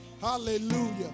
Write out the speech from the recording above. hallelujah